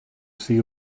see